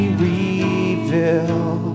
reveal